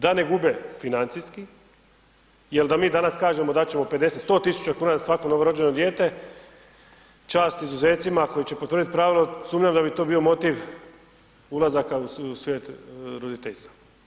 Da ne gube financijski jer da mi danas kažemo, dat ćemo 50, 100 tisuća kuna za svako novorođeno dijete, čast izuzecima koji će potvrditi pravilo, sumnjam da bi to bio motiv ulazaka u svijet roditeljstva.